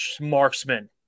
Marksman